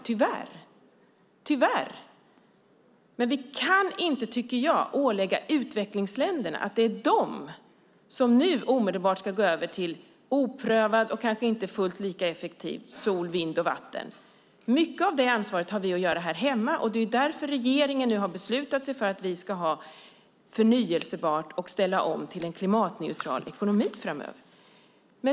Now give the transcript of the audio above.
Jag tycker inte att vi kan ålägga utvecklingsländerna att omedelbart gå över till de oprövade och kanske inte lika effektiva sol, vind och vatten. Mycket av det ansvaret har vi här hemma. Därför har regeringen beslutat att vi ska ha förnybart och ställa om till en klimatneutral ekonomi framöver.